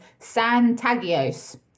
Santagios